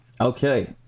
Okay